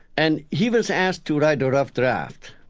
and he was asked to write a rough draft.